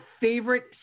favorite